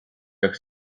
jak